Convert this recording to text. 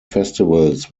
festivals